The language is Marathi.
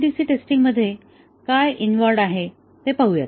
MCDC टेस्टिंग मध्ये काय इन्व्हॉल्व्हड आहे ते पाहूया